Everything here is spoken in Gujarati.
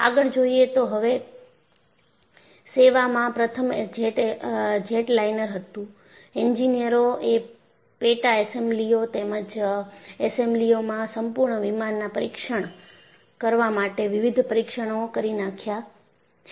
આગળ જોઈએ તો હવે સેવામાં પ્રથમ જેટલાઇનર હતું એન્જિનિયરોએ પેટા એસેમ્બલીઓ તેમજ એસેમ્બલીઓમાં સંપૂર્ણ વિમાનના પરીક્ષણ કરવા માટે વિવિધ પરીક્ષણ ઓ કરી નાખ્યા છે